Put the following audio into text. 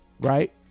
right